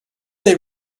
they